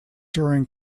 during